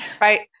Right